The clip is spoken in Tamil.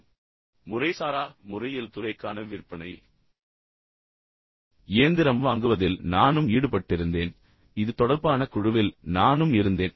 எனவே முறைசாரா முறையில் துறைக்கான விற்பனை இயந்திரம் வாங்குவதில் நானும் ஈடுபட்டிருந்தேன் இது தொடர்பான குழுவில் நானும் இருந்தேன்